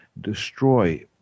destroy